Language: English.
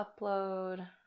upload